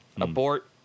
Abort